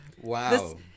Wow